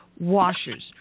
washers